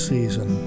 Season